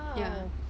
!wow!